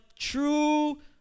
true